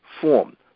form